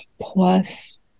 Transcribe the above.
Plus